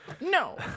No